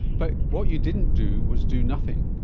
but what you didn't do was do nothing.